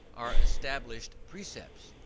are established precepts.